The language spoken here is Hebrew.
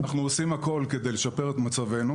אנו עושים הכול לשפר את מצבנו.